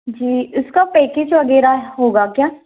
जी इसका पेकेज वगैरह होगा क्या